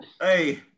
hey